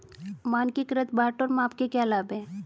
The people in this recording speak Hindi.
मानकीकृत बाट और माप के क्या लाभ हैं?